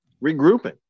regrouping